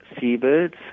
seabirds